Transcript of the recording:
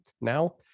now